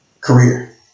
career